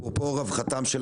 אפרופו רווחתם של